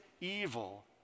evil